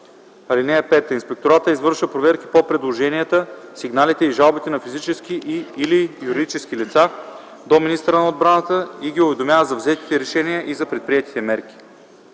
армия. (5) Инспекторатът извършва проверки по предложенията, сигналите и жалбите на физически или юридически лица до министъра на отбраната и ги уведомява за взетите решения и за предприетите мерки.